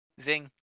Zing